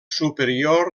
superior